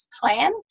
plan